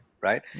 right